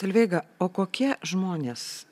solveiga o kokie žmonės